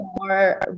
more